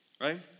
right